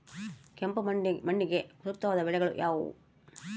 ಕೆಂಪು ಮಣ್ಣಿಗೆ ಸೂಕ್ತವಾದ ಬೆಳೆಗಳು ಯಾವುವು?